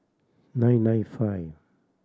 nine nine five